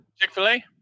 chick-fil-a